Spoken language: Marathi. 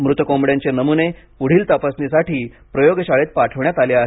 मृत कोंबड्यांचे नमुने पुढील तपासणीसाठी प्रयोगशाळेत पाठविण्यात आले आहेत